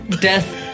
Death